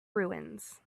ruins